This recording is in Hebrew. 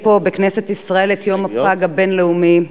פה בכנסת ישראל את יום הפג הבין-לאומי.